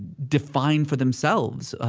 define for themselves,